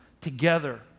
together